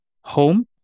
home